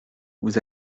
vous